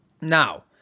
Now